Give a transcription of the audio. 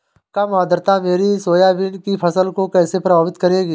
कम आर्द्रता मेरी सोयाबीन की फसल को कैसे प्रभावित करेगी?